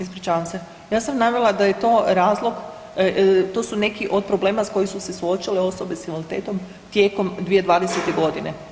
Ispričavam se, ja sam navela da je to razlog, to su neki od problema s kojim su se suočile osobe s invaliditetom tijekom 2020. godine.